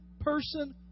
person